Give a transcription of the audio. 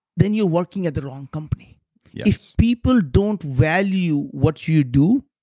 then you're working at the wrong company. yeah if people don't value what you do,